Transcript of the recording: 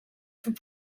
tout